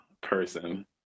person